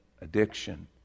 addiction